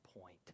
point